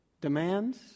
Demands